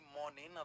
morning